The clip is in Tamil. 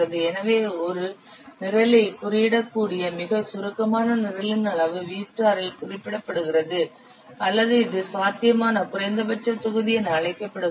எனவே ஒரு நிரலை குறியிடக்கூடிய மிக சுருக்கமான நிரலின் அளவு V இல் குறிப்பிடப்படுகிறது அல்லது இது சாத்தியமான குறைந்தபட்ச தொகுதி என அழைக்கப்படுகிறது